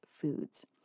foods